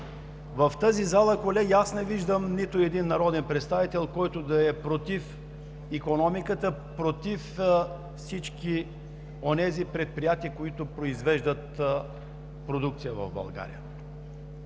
В тази зала, колеги, аз не виждам нито един народен представител, който да е против икономиката, против всички онези предприятия, които произвеждат продукция в България.